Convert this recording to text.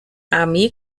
armee